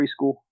preschool